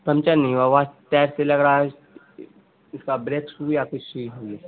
puncture نہیں ہوا ہوا ہے ٹایر سے لگ رہا ہے اس کا بریک